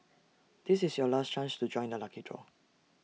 this is your last chance to join the lucky draw